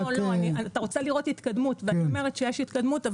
אתה רוצה לראות התקדמות, ואני אומרת שיש התקדמות.